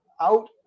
out